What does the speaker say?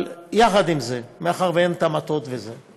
אבל יחד עם זה, מאחר שאין מטות וזה,